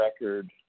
record